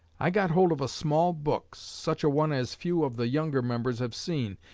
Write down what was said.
i got hold of a small book such a one as few of the younger members have seen,